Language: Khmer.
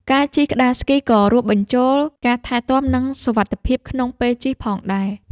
ការជិះក្ដារស្គីក៏រួមបញ្ចូលការថែទាំ និងសុវត្ថិភាពក្នុងពេលជិះផងដែរ។